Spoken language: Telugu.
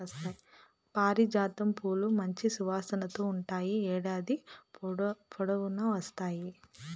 పారిజాతం పూలు మంచి సువాసనతో ఉంటాయి, ఏడాది పొడవునా పూస్తాయి